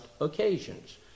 occasions